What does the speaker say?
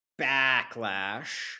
Backlash